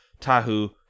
Tahu